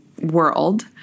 world